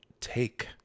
take